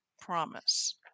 promise